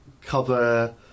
cover